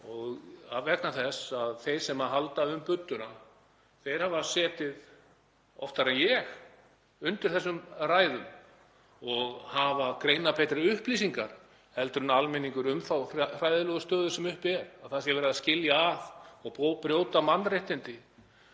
vegna þess að þeir sem halda um budduna hafa setið oftar en ég undir þessum ræðum og hafa greinarbetri upplýsingar heldur en almenningur um þá hræðilegu stöðu sem uppi er, að það sé verið að skilja að fólk og brjóta mannréttindi